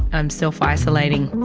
and self isolating.